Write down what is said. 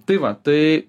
tai va tai